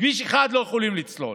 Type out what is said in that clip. כביש אחד הם לא יכולים לסלול.